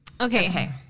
Okay